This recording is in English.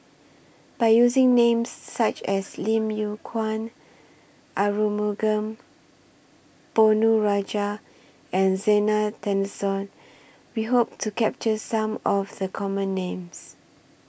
By using Names such as Lim Yew Kuan Arumugam Ponnu Rajah and Zena Tessensohn We Hope to capture Some of The Common Names